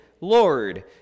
Lord